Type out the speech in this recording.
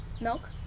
Milk